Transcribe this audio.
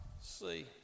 see